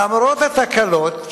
למרות התקלות,